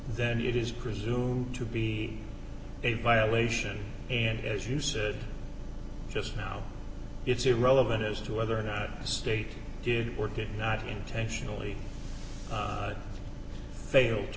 then it is presumed to be a violation and as you said just now it's irrelevant as to whether or not the state did or did not intentionally fail to